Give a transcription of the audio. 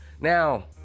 Now